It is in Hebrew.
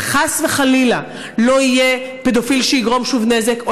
שחס וחלילה לא יהיה פדופיל שיגרום שוב נזק,